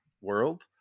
world